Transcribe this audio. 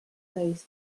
faced